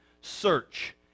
search